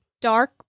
dark